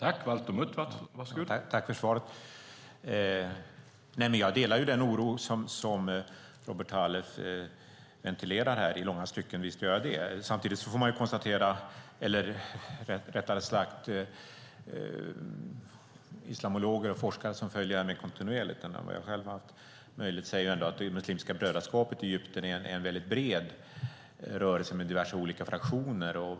Herr talman! Tack för svaret! Jag delar i långa stycken den oro som Robert Halef ventilerar här. Visst gör jag det. Samtidigt säger ändå islamologer och forskare som följer det här mer kontinuerligt än vad jag själv har haft möjlighet att göra att det muslimska brödraskapet i Egypten är en väldigt bred rörelse med diverse olika fraktioner.